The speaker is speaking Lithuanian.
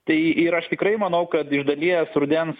tai ir aš tikrai manau kad iš dalies rudens